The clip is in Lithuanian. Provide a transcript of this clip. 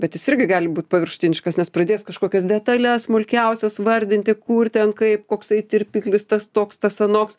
bet jis irgi gali būt paviršutiniškas nes pradės kažkokias detales smulkiausias vardinti kur ten kaip koksai tirpiklis tas toks tas anoks